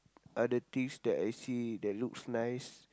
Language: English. other things that I see that looks nice